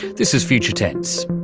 this is future tense.